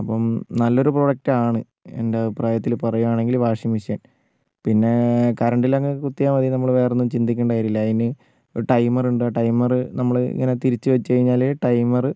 അപ്പം നല്ലൊരു പ്രൊഡക്ട് ആണ് എന്റെ അഭിപ്രായത്തിൽ പറയുകയാണെങ്കിൽ വാഷിംഗ് മെഷീൻ പിന്നെ കറണ്ടിലങ്ങ് കുത്തിയാൽ മതി നമ്മൾ വേറെ ഒന്നും ചിന്തിക്കണ്ട കാര്യമില്ല അതിന് ഒരു ടൈമർ ഉണ്ട് ആ ടൈമറ് നമ്മൾ ഇങ്ങനെ തിരിച്ചു വച്ചു കഴിഞ്ഞാൽ ടൈമറ്